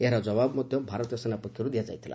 ଏହାର ଜାବବ୍ ମଧ୍ୟ ଭାରତୀୟ ସେନା ପକ୍ଷରୁ ଦିଆଯାଇଥିଲା